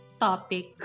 topic